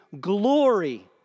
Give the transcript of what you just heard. glory